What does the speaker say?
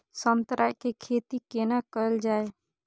संतरा के खेती केना कैल जाय?